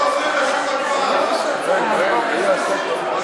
לא חוזרים על שום הצבעה.